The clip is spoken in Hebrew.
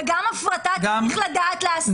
וגם הפרטה צריך לדעת לעשות.